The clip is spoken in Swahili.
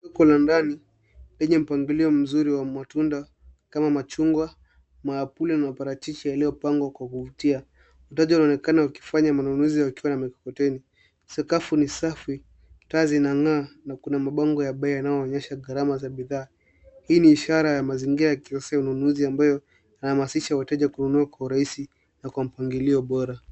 Soko la ndani lenye mpangilio mzuri wa matunda kama machungwa, maapuli na parachichi yaliopangwa kwa kuvutia. Wateja wanaonekana wakifanya manunuzi wakiwa na mikokoteni. Sakafu ni safi, taa zina ng'aa na kuna mabango ya bei yanaoonyesha gharama za bidhaa, hii ni ishara ya mazingira ya kioski ya ununuzi amabyo yanahamasisha wateja kununua kwa urahisi na mpangilio bora.